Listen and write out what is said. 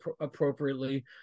appropriately